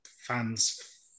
fans